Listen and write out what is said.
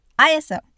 ISO